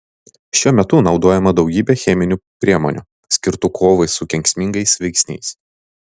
šiuo metu naudojama daugybė cheminių priemonių skirtų kovai su kenksmingais veiksniais